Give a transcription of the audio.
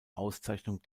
auszeichnung